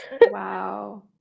Wow